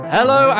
Hello